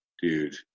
dude